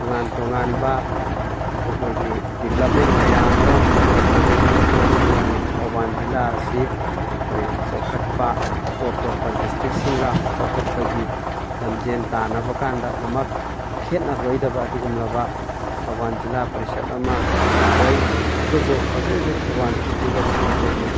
ꯇꯣꯉꯥꯟ ꯇꯣꯉꯥꯟꯕ ꯑꯩꯈꯣꯏꯒꯤ ꯗꯤꯕꯂꯞꯃꯦꯟ ꯀꯌꯥ ꯃꯔꯨꯝ ꯄꯨꯔꯛꯄꯗꯒꯤ ꯉꯁꯤꯗꯤ ꯊꯧꯕꯥꯟ ꯖꯤꯜꯂꯥ ꯑꯁꯤ ꯑꯩꯈꯣꯏ ꯆꯥꯎꯈꯠꯄ ꯑꯇꯣꯞ ꯑꯇꯣꯞꯄ ꯗꯤꯁꯇ꯭ꯔꯤꯛꯁꯤꯡꯒ ꯆꯥꯎꯈꯠꯄꯒꯤ ꯂꯝꯖꯦꯟ ꯇꯥꯟꯅꯕ ꯀꯥꯟꯗ ꯑꯗꯨꯝꯃꯛ ꯈꯦꯠꯅꯔꯔꯣꯏꯗꯕ ꯑꯗꯨꯒꯨꯝꯂꯕ ꯊꯧꯕꯥꯜ ꯖꯤꯜꯂꯥ ꯄꯔꯤꯁꯠ ꯑꯃ ꯑꯣꯏ ꯑꯗꯨꯕꯨ ꯍꯧꯖꯤꯛ ꯍꯧꯖꯤꯛ ꯊꯧꯕꯥꯟ ꯗꯤꯁꯇ꯭ꯔꯤꯛ ꯑꯁꯤ ꯑꯩꯈꯣꯏꯒꯤ